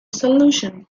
solution